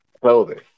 clothing